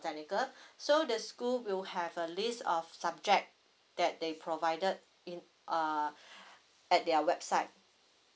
technical so the school will have a list of subject that they provided in uh at their website